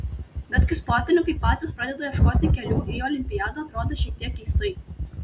bet kai sportininkai patys pradeda ieškoti kelių į olimpiadą atrodo šiek tiek keistai